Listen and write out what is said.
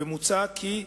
מוצע כי: